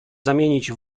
zamienić